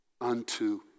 Unto